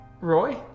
Roy